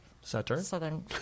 Southern